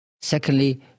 Secondly